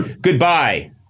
goodbye